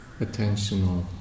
attentional